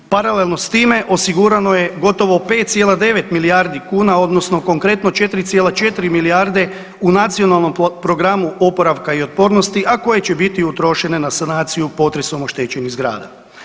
Paralelno s time osigurano je gotovo 5,9 milijardi kuna, odnosno konkretno, 4,4 milijarde u Nacionalnom programu oporavka i otpornosti, a koje će biti utrošene na sanaciju potresom oštećenih zgrada.